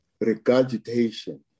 regurgitation